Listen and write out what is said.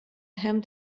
hem